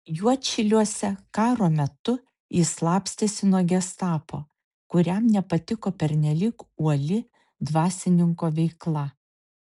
juodšiliuose karo metu jis slapstėsi nuo gestapo kuriam nepatiko pernelyg uoli dvasininko veikla